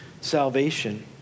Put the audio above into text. salvation